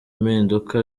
impinduka